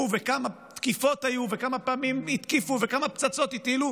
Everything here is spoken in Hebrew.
וכמה תקיפות היו וכמה פעמים תקפו וכמה פצצות הטילו,